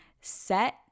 Set